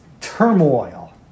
turmoil